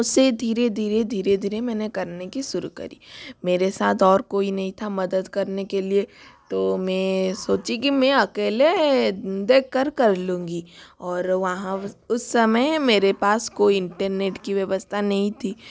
उसे धीरे धीरे धीरे धीरे मैंने करने की शुरू करी मेरे साथ और कोई नहीं था मदद करने के लिए तो मैं सोची कि मैं अकेले देखकर कर लूँगी और वहाँ उस समय मेरे पास कोई इंटरनेट की व्यवस्था नहीं थी